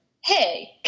Hey